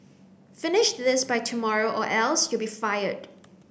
finish this by tomorrow or else you'll be fired